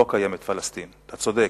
לא קיימת פלסטין, אתה צודק.